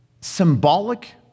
symbolic